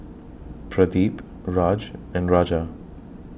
Pradip Raj and Raja